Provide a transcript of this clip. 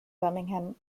birmingham